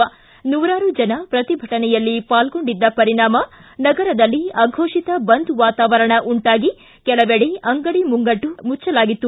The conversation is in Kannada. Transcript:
ಸಹಸ್ರಾರು ಜನ ಪ್ರತಿಭಟನೆಯಲ್ಲಿ ಪಾಲ್ಗೊಂಡಿದ್ದ ಪರಿಣಾಮ ನಗರದಲ್ಲಿ ಅಘೋಷಿತ ಬಂದ್ ವಾತಾವರಣ ಉಂಟಾಗಿ ಕೆಲವೆಡೆ ಅಂಗಡಿ ಮುಂಗಟ್ಟು ಮುಚ್ವಲಾಗಿತ್ತು